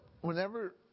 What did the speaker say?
whenever